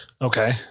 Okay